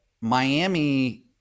Miami